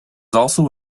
also